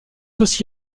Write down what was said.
aussi